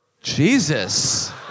Jesus